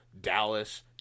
Dallas